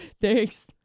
Thanks